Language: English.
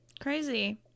Crazy